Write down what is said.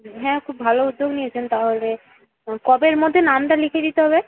হ্যাঁ খুব ভালো উদ্যোগ নিয়েছেন তাহলে কবের মধ্যে নামটা লিখিয়ে দিতে হবে